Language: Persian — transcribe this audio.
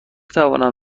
توانم